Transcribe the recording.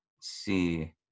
see